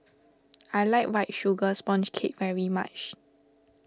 I like White Sugar Sponge Cake very much